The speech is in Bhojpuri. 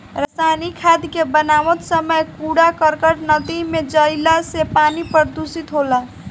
रासायनिक खाद के बनावत समय कूड़ा करकट नदी में जईला से पानी प्रदूषित होला